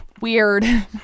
Weird